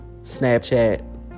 Snapchat